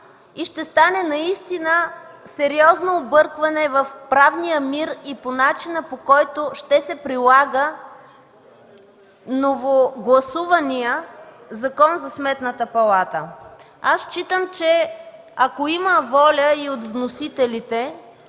и ще стане сериозно объркване в правния мир и по начина, по който ще се прилага новогласуваният Закон за Сметната палата. Считам, че ако има воля и от вносителите